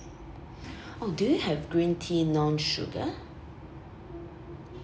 oh do you have green tea non-sugar